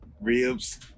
Ribs